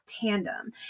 Tandem